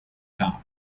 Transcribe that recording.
top